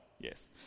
Yes